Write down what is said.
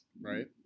Right